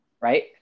Right